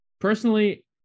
personally